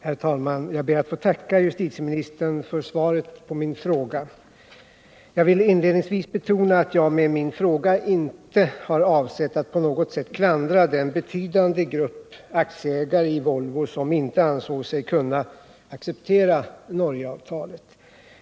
Herr talman! Jag ber att få tacka justitieministern för svaret på min fråga. Jag vill inledningsvis betona att jag med min fråga inte har avsett att på något sätt klandra den betydande grupp aktieägare i Volvo som inte ansåg sig kunna acceptera Norgeavtalet.